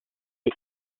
est